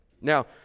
Now